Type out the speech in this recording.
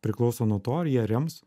priklauso nuo to ar jie rems